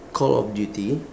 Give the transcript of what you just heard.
call of duty